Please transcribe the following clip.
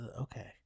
Okay